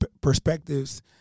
perspectives